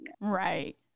Right